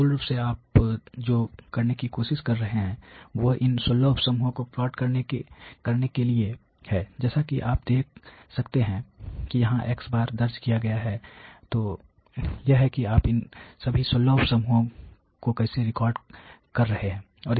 तो मूल रूप से आप जो करने की कोशिश कर रहे हैं वह इन 16 उप समूहों को प्लॉट करने के लिए है जैसा कि आप देख सकते हैं कि यहां x दर्ज किया गया है तो यह है कि आप इन सभी 16 उप समूहों को कैसे रिकॉर्ड कर रहे हैं